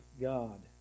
God